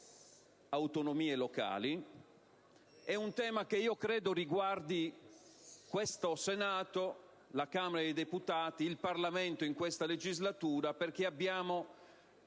autonomie locali, è un tema che credo riguardi questo Senato, la Camera dei deputati, il Parlamento in questa legislatura perché abbiamo,